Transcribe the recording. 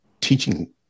teaching